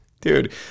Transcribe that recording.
Dude